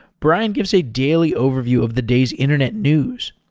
brian gives a daily overview of the day's internet news.